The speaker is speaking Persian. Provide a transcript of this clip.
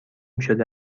شده